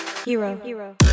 Hero